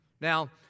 Now